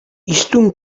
hiztun